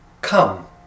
come